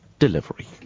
delivery